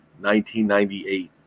1998